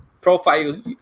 profile